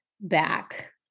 back